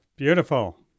Beautiful